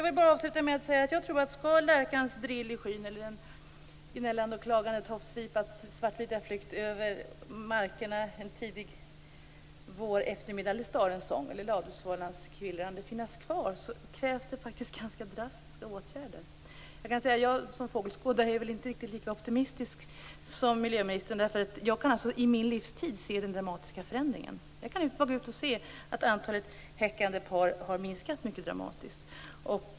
Skall lärkans drill i skyn, den gnällande och klagande tofsvipans svartvita flykt över markerna en tidig våreftermiddag, starens sång eller ladusvalans kvillrande finnas kvar krävs faktiskt ganska drastiska åtgärder. Jag som fågelskådare är väl inte riktigt lika optimistisk som miljöministern, eftersom jag under min livstid har kunnat se den dramatiska förändringen. Jag kan se att antalet häckande par har minskat mycket dramatiskt.